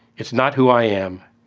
it's not who i am.